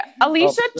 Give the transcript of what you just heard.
Alicia